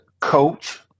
Coach